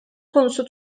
konusu